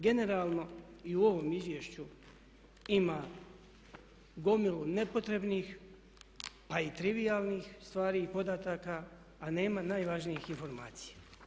Generalno i u ovom izvješću ima gomilu nepotrebnih pa i trivijalnih stvari i podataka, a nema najvažnijih informacija.